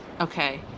Okay